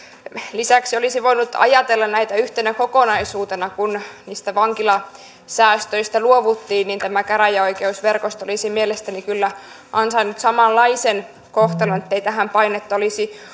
lisäksi olisi voinut ajatella näitä yhtenä kokonaisuutena kun niistä vankilasäästöistä luovuttiin tämä käräjäoikeusverkosto olisi mielestäni kyllä ansainnut samanlaisen kohtelun ettei tähän painetta olisi